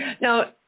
Now